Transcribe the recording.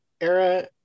era